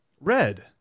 red